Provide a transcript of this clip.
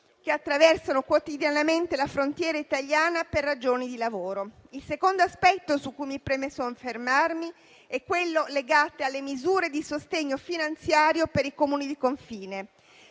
che attraversano quotidianamente la frontiera italiana per ragioni di lavoro. Il secondo aspetto su cui mi preme soffermarmi è quello legato alle misure di sostegno finanziario per i Comuni di confine.